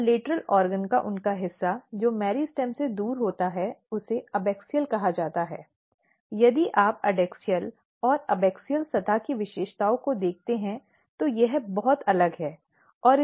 और lateral organ पर उनका हिस्सा जो मेरिस्टेम से दूर होता है उसे अबैक्सियल कहा जाता है और यदि आप एडैक्सियल और अबैक्सियल सतह की विशेषताओं को देखते हैं तो यह बहुत अलग है